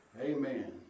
Amen